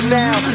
now